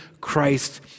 Christ